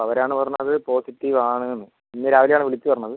അവരാണ് പറഞ്ഞത് പോസിറ്റിവ് ആണെന്ന് ഇന്ന് രാവിലെ ആണ് വിളിച്ച് പറഞ്ഞത്